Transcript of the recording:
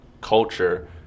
culture